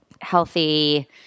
healthy